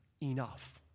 enough